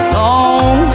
long